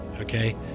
okay